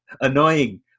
Annoying